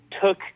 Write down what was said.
took